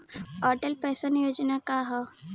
Atal pension योजना का ह?